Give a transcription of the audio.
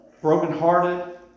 brokenhearted